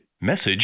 message